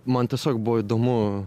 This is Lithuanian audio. man tiesiog buvo įdomu